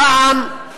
פעם,